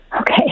Okay